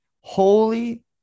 holy